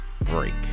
break